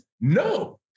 No